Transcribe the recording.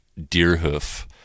Deerhoof